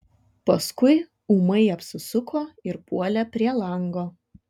paskui ūmai apsisuko ir puolė prie lango